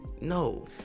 no